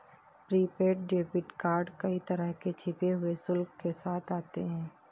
prepaid debit card कई तरह के छिपे हुए शुल्क के साथ आते हैं